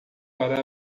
para